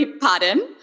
Pardon